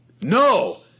No